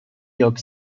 york